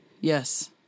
Yes